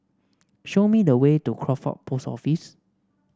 show me the way to Crawford Post Office